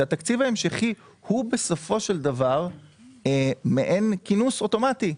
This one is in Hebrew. שהתקציב ההמשכי הוא בסופו של דבר מעין כינוס אוטומטי,